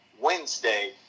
Wednesday